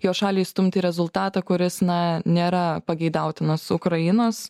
jo šalį įstumti į rezultatą kuris na nėra pageidautinas ukrainos